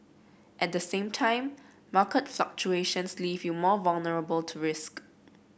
at the same time market fluctuations leave you more vulnerable to risk